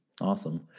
Awesome